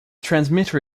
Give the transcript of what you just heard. transmitter